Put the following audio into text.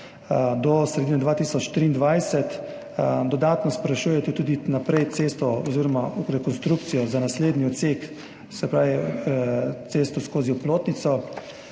do sredine 2023. Dodatno sprašuje tudi naprej za cesto oziroma rekonstrukcijo za naslednji odsek, se pravi cesto skozi Oplotnico.